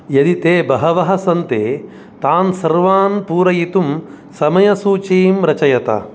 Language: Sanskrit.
यदि ते बहवः सन्ति तान् सर्वान् पूरयितुं समयसूचीं रचयत